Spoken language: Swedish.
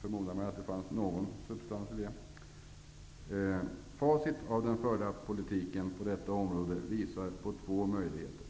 förmodar jag att det fanns någon substans i det uttalandet. Facit av den förda politiken på detta område visar på två möjligheter.